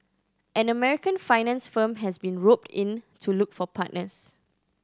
an American finance firm has been roped in to look for partners